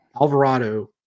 Alvarado